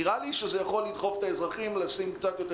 נראה לי שזה יכול לדחוף את האזרחים לשים קצת יותר